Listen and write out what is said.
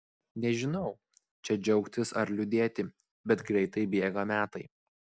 nežinau čia džiaugtis ar liūdėti bet greitai bėga metai